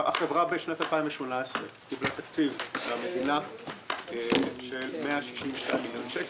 בשנת 2018 החברה קיבלה תקציב מן המדינה בסך 162 מיליון שקל